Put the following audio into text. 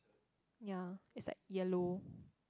ya it's like yellow